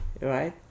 right